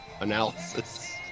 analysis